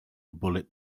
bullet